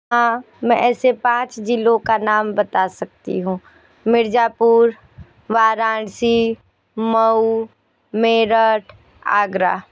हाँ मैं ऐसे पाँच जिलों का नाम बता सकती हूँ मिर्जापुर वाराणसी मऊ मेरठ आगरा